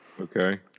Okay